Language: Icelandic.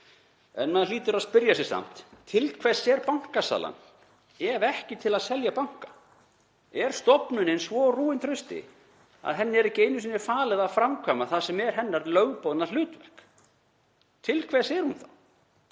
Maður hlýtur samt að spyrja sig: Til hvers er Bankasýslan ef ekki til að selja banka? Er stofnunin svo rúin trausti að henni er ekki einu sinni falið að framkvæma það sem er hennar lögboðna hlutverk? Til hvers er hún þá?